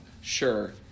Sure